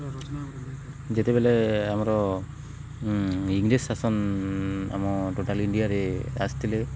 ଯେତେବେଲେ ଆମର ଇଂଲିଶ୍ ଶାସନ ଆମ ଟୋଟାଲ୍ ଇଣ୍ଡିଆରେ ଆସିଥିଲେ